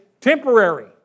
Temporary